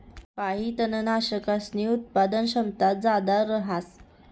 काही तननाशकसनी उत्पादन क्षमता जादा रहास